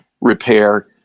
repair